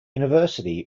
university